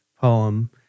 poem